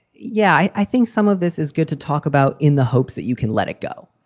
yeah, i think some of this is good to talk about in the hopes that you can let it go.